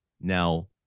now